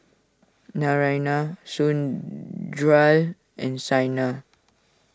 Naraina and Saina